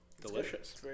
delicious